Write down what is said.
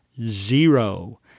Zero